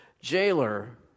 jailer